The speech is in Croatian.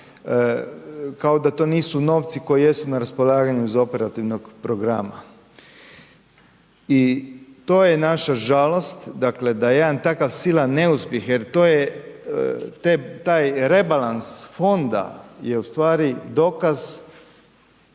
kao da to nisu novci koji jesu na raspolaganju za operativnog programa. I to je naša žalost da jedan takav silan neuspjeh jer to je taj rebalans fonda je ustvari dokaz